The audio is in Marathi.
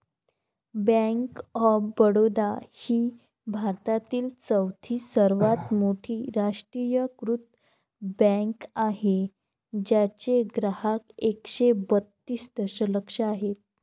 बँक ऑफ बडोदा ही भारतातील चौथी सर्वात मोठी राष्ट्रीयीकृत बँक आहे ज्याचे ग्राहक एकशे बत्तीस दशलक्ष आहेत